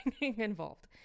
involved